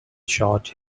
short